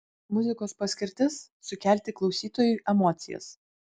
muzikos paskirtis sukelti klausytojui emocijas